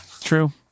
true